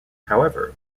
however